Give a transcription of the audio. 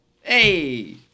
Hey